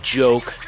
joke